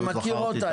אני מכיר אותה,